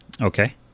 Okay